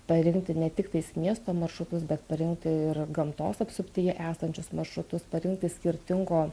parinkti ne tiktais miesto maršrutus bet parinkti ir gamtos apsuptyje esančius maršrutus parinkti skirtingo